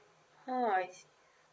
oh I see